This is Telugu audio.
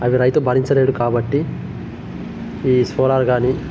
అతనయితే భరించలేడు కాబట్టి ఈ సోలార్ గానీ